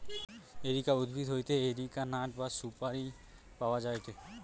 areca উদ্ভিদ হইতে areca nut বা সুপারি পাওয়া যায়টে